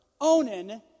Onan